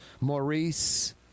Maurice